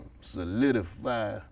solidify